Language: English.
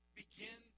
begin